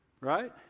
Right